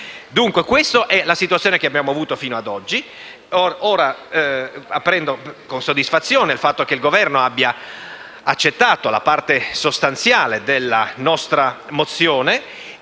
cosa. Questa è la situazione che abbiamo avuto fino ad oggi. Apprendo con soddisfazione il fatto che il Governo abbia accettato la parte sostanziale della nostra mozione.